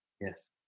Yes